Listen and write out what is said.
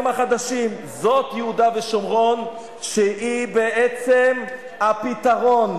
אני אתך, אבל תגיש בקשה שיבדקו.